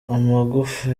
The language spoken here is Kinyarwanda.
amagufa